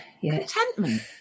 Contentment